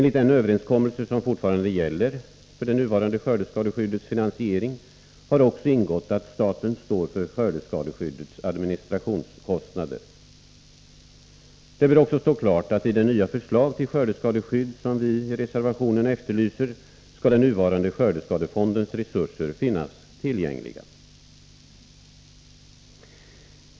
I den överenskommelse som fortfarande gäller för det nuvarande skördeskadeskyddets finansiering har också ingått att staten står för skördeskadeskyddets administrationskostnader. Det bör även stå klart att i det nya förslag till skördeskadeskydd som vi i reservationen efterlyser skall den nuvarande skördeskadefondens resurser finnas tillgängliga.